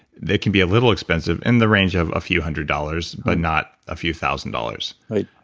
they can be a little expensive, in the range of a few hundred dollars, but not a few thousand dollars right